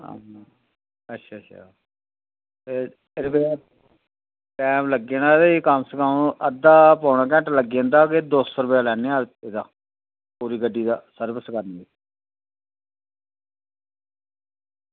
आं जी अच्छा अच्छा तां लग्गी जाना कोई कम से कम अद्धा पौना घैंटा लग्गी जाना ते दौ रपेआ लैने एह्दा अस पूरी गड्डी दा सर्विस करनी